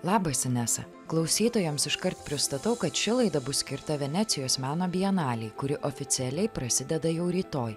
labas inesa klausytojams iškart pristatau kad ši laida bus skirta venecijos meno bienalei kuri oficialiai prasideda jau rytoj